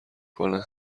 کنه